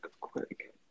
quick